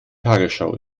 tagesschau